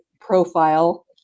profile